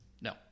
No